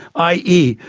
i. e.